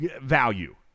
value